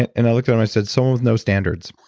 and i looked and i said someone with no standards.